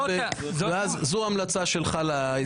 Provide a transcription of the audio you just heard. זו ההמלצה שלך להתנהלות.